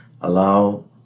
allow